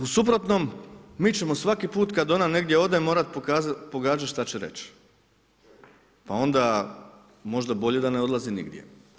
U suprotnom, mi ćemo svaki put kad ona negdje ode morat pogađat šta će reć, pa onda možda bolje da ne odlazi nigdje.